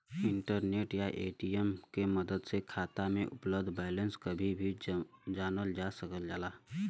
internet या ATM के मदद से खाता में उपलब्ध बैलेंस कभी भी जानल जा सकल जाला